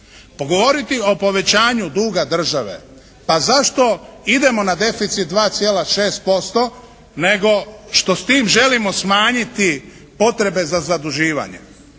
Govoriti o povećanju duga države, pa zašto idemo na deficit 2,6% nego što s tim želimo smanjiti potrebe za zaduživanjem.